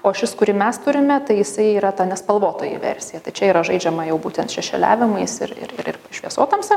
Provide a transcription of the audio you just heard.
o šis kurį mes turime tai jisai yra ta nespalvotoji versija tai čia yra žaidžiama jau būtent šešėliavimais ir ir ir ir šviesotamsa